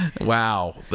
wow